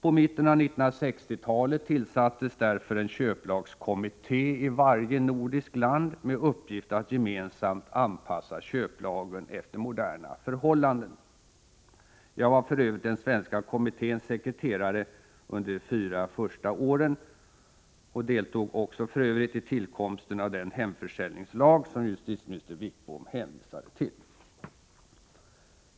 I mitten av 1960-talet tillsattes därför en köplagskommitté i varje nordiskt land med uppgift att gemensamt anpassa köplagen efter moderna förhållanden. Jag var för övrigt den svenska kommitténs sekreterare under de fyra första åren och deltog även i tillkomsten av den hemförsäljningslag som justitieminister Wickbom hänvisade till.